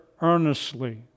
earnestly